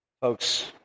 Folks